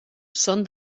són